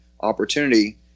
opportunity